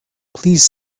please